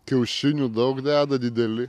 kiaušinių daug deda dideli